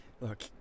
Look